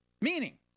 Meaning